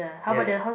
ya